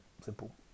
simple